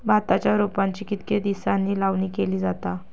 भाताच्या रोपांची कितके दिसांनी लावणी केली जाता?